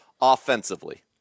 offensively